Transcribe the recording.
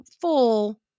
full